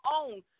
own